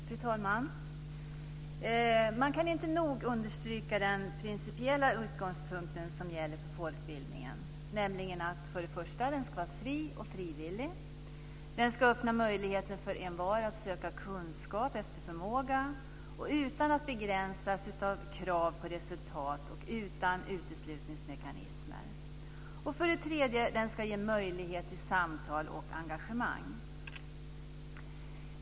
Fru talman! Man kan inte nog understryka den principiella utgångspunkt som gäller för folkbildningen. För det första ska den vara fri och frivillig. För det andra ska den öppna möjligheten för envar att söka kunskap efter förmåga, utan att begränsas av krav på resultat och utan uteslutningsmekanismer. För det tredje ska den ge möjlighet till samtal och engagemang.